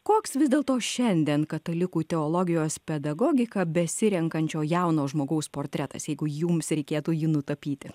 koks vis dėlto šiandien katalikų teologijos pedagogiką besirenkančio jauno žmogaus portretas jeigu jums reikėtų jį nutapyti